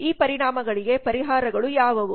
ಈ ಪರಿಣಾಮಗಳಿಗೆ ಪರಿಹಾರಗಳು ಯಾವುವು